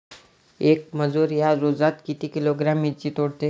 येक मजूर या रोजात किती किलोग्रॅम मिरची तोडते?